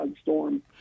storm